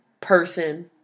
person